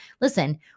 listen